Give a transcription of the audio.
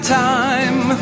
time